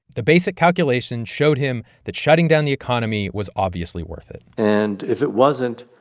the basic calculations showed him that shutting down the economy was obviously worth it and, if it wasn't,